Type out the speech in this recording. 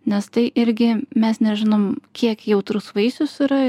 nes tai irgi mes nežinom kiek jautrus vaisius yra